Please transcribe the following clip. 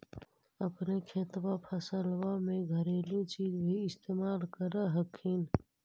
अपने खेतबा फसल्बा मे घरेलू चीज भी इस्तेमल कर हखिन?